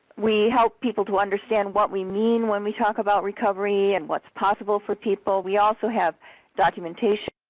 we help people to understand what we mean when we talk about recovery and what's possible for people, we also have documentation